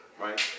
right